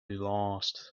lost